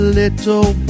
little